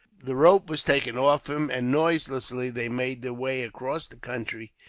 the rope was taken off him and, noiselessly, they made their way across the country.